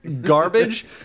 garbage